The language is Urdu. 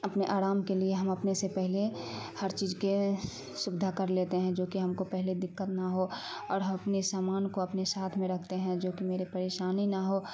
اپنے آرام کے لیے ہم اپنے سے پہلے ہر چیز کے شبدھا کر لیتے ہیں جوکہ ہم کو پہلے دقت نہ ہو اور ہم اپنے سامان کو اپنے ساتھ میں رکھتے ہیں جوکہ میرے پریشانی نہ ہو